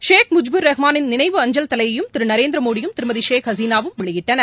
ஷேக் முஜ்பா் ரஹ்மாளின் நினைவு அஞ்சல் தலையையும் திரு நரேந்திரமோடியும் திருமதி ஷேக் ஹசினாவும் வெளியிட்டனர்